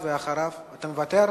אתה מוותר?